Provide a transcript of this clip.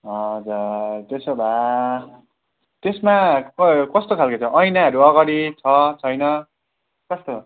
हजुर त्यसो भए त्यसमा क कस्तो खालको छ ऐनाहरू अगाडि छ छैन कस्तो